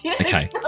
Okay